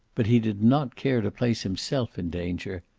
but he did not care to place himself in danger.